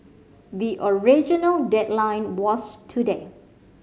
the original deadline was today